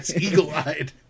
eagle-eyed